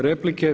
Replike.